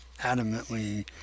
adamantly